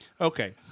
Okay